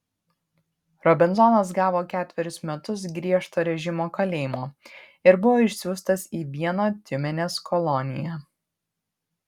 robinzonas gavo ketverius metus griežto režimo kalėjimo ir buvo išsiųstas į vieną tiumenės koloniją